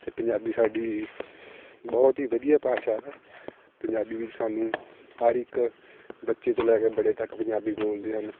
ਅਤੇ ਪੰਜਾਬੀ ਸਾਡੀ ਬਹੁਤ ਹੀ ਵਧੀਆ ਭਾਸ਼ਾ ਹੈ ਪੰਜਾਬੀ ਵਿੱਚ ਸਾਨੂੰ ਹਰ ਇੱਕ ਬੱਚੇ ਤੋਂ ਲੈ ਕੇ ਬੜੇ ਤੱਕ ਪੰਜਾਬੀ ਬੋਲਦੇ ਹਨ